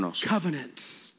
covenants